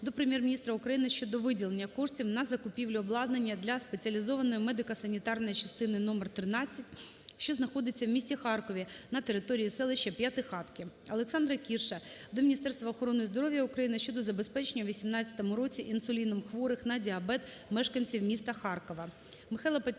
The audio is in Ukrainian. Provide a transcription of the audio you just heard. до Прем'єр-міністра України щодо виділення коштів на закупівлю обладнання для "Спеціалізованої медико-санітарної частини № 13", що знаходиться в місті Харкові на території селища П'ятихатки. Олександра Кірша до Міністерства охорони здоров'я України щодо забезпечення у 2018 році інсуліном хворих на діабет мешканців міста Харкова.